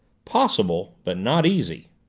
possible, but not easy.